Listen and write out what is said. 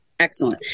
Excellent